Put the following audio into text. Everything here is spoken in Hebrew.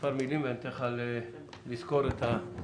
מספר מילים ואני אתן לך לסקור את הנושא.